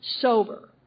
sober